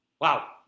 Wow